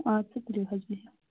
اَدٕ حظ تُلِو حظ بِہِو